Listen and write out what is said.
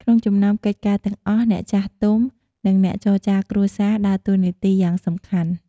ក្នុងចំណោមកិច្ចការទាំងអស់ អ្នកចាស់ទុំ និងអ្នកចរចារគ្រួសារ ដើរតួនាទីយ៉ាងសំខាន់។